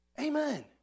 Amen